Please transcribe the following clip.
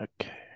Okay